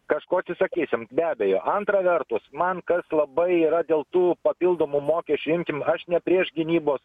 kažko atsisakysim be abejo antra vertus man kas labai yra dėl tų papildomų mokesčių imkim aš ne prieš gynybos